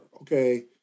okay